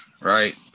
right